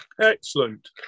Excellent